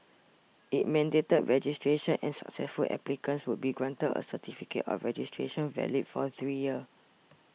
it mandated registration and successful applicants would be granted a certificate of registration valid for three years